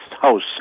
house